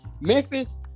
Memphis